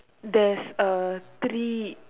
there's a tree